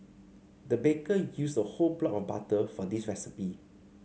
the baker used a whole block of butter for this recipe